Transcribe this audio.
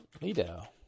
Lido